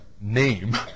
name